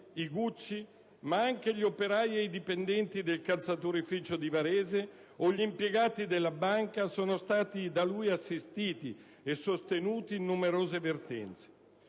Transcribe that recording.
i Gucci, ma anche gli operai e i dipendenti del calzaturificio di Varese e gli impiegati della banca sono stati da lui assistiti e sostenuti in numerose vertenze.